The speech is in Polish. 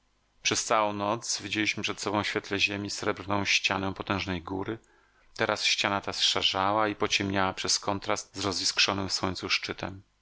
przez całą noc widzieliśmy przed sobą w świetle ziemi srebrną ścianę potężnej góry teraz ściana ta zszarzała i pociemniała przez kontrast z roziskrzonym w słońcu szczytem